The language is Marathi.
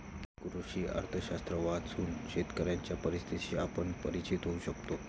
कृषी अर्थशास्त्र वाचून शेतकऱ्यांच्या परिस्थितीशी आपण परिचित होऊ शकतो